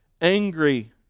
Angry